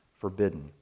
forbidden